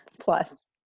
Plus